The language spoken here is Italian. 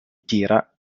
tira